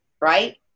right